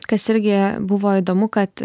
kas irgi buvo įdomu kad